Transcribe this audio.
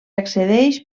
accedeix